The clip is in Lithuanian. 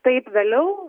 taip vėliau